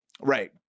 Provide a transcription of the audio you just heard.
Right